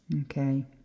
Okay